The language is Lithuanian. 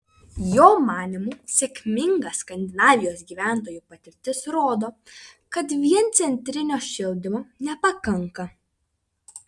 jo manymu sėkminga skandinavijos gyventojų patirtis rodo kad vien centrinio šildymo nepakanka